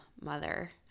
mother